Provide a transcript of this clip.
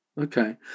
Okay